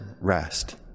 rest